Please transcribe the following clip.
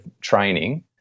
training